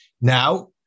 Now